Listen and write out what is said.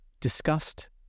Disgust